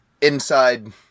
inside